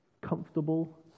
comfortable